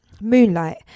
Moonlight